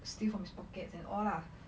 steal from his pockets and all lah